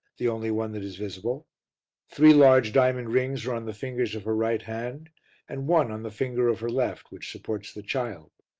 the only one that is visible three large diamond rings are on the fingers of her right hand and one on the finger of her left which supports the child,